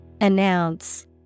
Announce